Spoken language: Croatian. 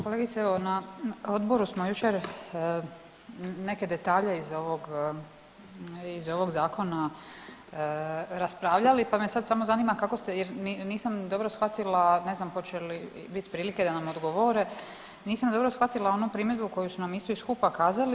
kolegice evo na Odboru smo jučer neke detalje iz ovoga Zakona raspravljali, pa me sada samo zanima kako ste jer nisam dobro shvatila ne znam hoće li biti prilike da nam odgovore, nisam dobro shvatila onu primjedbu koju su nam isto iz HUP-a kazali.